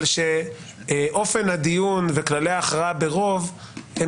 אבל כשאופן הדיון וכללי ההכרעה ברוב הם